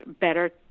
better